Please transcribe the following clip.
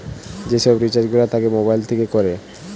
যে সব রিচার্জ গুলা মোবাইল থিকে কোরে